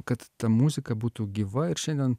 kad ta muzika būtų gyva ir šiandien